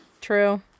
True